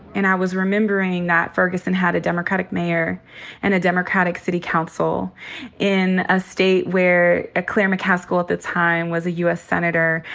and i was remembering that ferguson had a democratic mayor and a democratic city council in a state where claire mccaskill at the time was a u. s. senator,